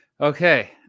Okay